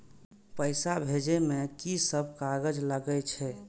पैसा भेजे में की सब कागज लगे छै?